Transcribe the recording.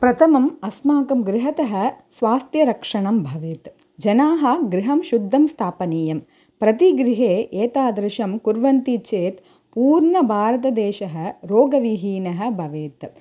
प्रथमम् अस्माकं गृहतः स्वास्थ्यरक्षणं भवेत् जनाः गृहं शुद्धं स्थापनीयं प्रतिगृहे एतादृशं कुर्वन्ति चेत् पूर्णः भारतदेशः रोगविहीनः भवेत्